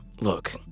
Look